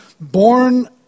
born